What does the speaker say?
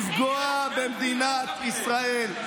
לפגוע במדינת ישראל.